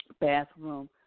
bathroom